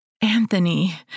Anthony